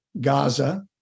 Gaza